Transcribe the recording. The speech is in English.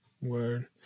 Word